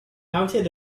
outed